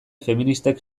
feministek